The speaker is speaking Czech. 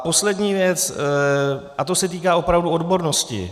Poslední věc, a to se týká opravdu odbornosti.